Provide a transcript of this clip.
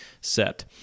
set